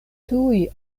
tuj